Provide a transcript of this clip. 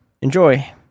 Enjoy